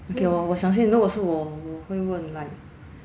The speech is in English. okay 我我想先如果是我我会问 like